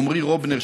עמרי רובנר,